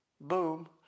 Boom